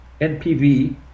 NPV